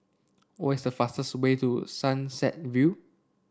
what is the fastest way to Sunset View